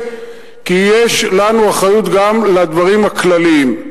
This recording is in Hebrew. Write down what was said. כי יש לנו אחריות גם לדברים הכלליים.